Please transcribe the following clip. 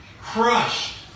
Crushed